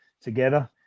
together